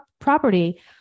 property